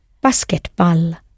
Basketball